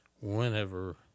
whenever